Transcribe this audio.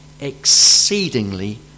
exceedingly